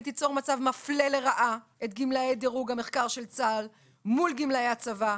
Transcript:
היא תיצור מצב מפלה לרעה את גמלאי דירוג המחקר של צה"ל מול גמלאי הצבא,